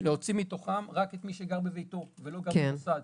להוציא מתוכם רק את מי שגר בביתו ולא גר במוסד,